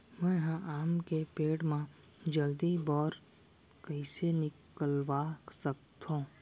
मैं ह आम के पेड़ मा जलदी बौर कइसे निकलवा सकथो?